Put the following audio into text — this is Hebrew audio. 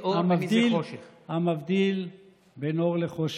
המבדיל בין אור לחושך,